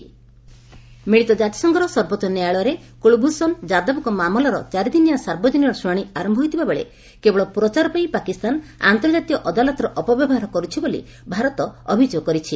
ICJ ଯାଦବ ମିଳିତ କାତିସଂଘର ସର୍ବୋଚ୍ଚ ନ୍ୟାୟାଳୟ ଆର୍ନ୍ତଜାତୀୟ ଅଦାଲତରେ କୁଳଭ୍ଷଣ ଯାଦବଙ୍କ ମାମଲାର ଚାରିଦିନିଆ ସାର୍ବଜନୀନ ଶୁଣାଣି ଆରମ୍ଭ ହୋଇଥିବାବେଳେ କେବଳ ପ୍ରଚାର ପାଇଁ ପାକିସ୍ତାନ ଆର୍ନ୍ତଜାତୀୟ ଅଦାଲତର ଅପବ୍ୟବହାର କରୁଛି ବୋଲି ଭାରତ ଅଭିଯୋଗ କରିଛି